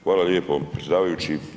Hvala lijepo predsjedavajući.